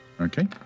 Okay